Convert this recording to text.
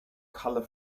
colour